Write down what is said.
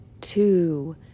two